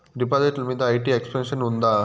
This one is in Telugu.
డిపాజిట్లు మీద ఐ.టి ఎక్సెంప్షన్ ఉందా?